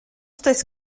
does